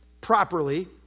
properly